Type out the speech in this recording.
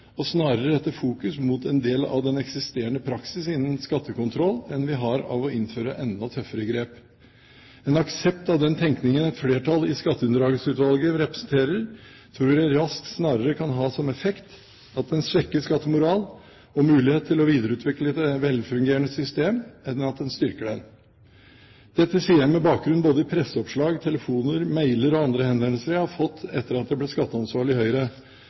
og snarere rette fokus mot en del av den eksisterende praksis innen skattekontrollen enn vi har av å innføre enda tøffere grep. En aksept av den tenkning et flertall i Skatteunndragelsesutvalget representerer, tror jeg raskt snarere kan ha som effekt at en svekker skattemoralen og muligheten til å videreutvikle et velfungerende system enn at en styrker den. Dette sier jeg med bakgrunn både i presseoppslag, telefoner, mailer og andre henvendelser jeg har fått etter at jeg ble skatteansvarlig i Høyre.